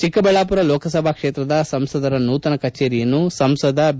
ಚಿಕ್ಕಬಳ್ಳಾಮರ ಲೋಕಸಭಾ ಕ್ಷೇತ್ರದ ಸಂಸದರ ನೂತನ ಕಚೇರಿಯನ್ನು ಸಂಸದ ಬಿ